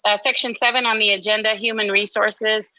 ah section seven on the agenda, human resources.